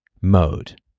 mode